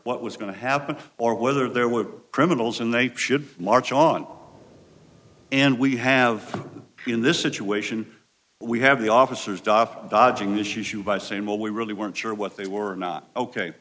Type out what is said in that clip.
what was going to happen or whether there were criminals and they should march on and we have in this situation we have the officers dop dodging the issue by saying well we really weren't sure what they were not ok